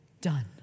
done